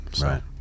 right